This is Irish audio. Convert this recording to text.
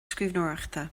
scríbhneoireachta